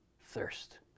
thirst